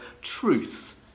truth